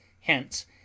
Hence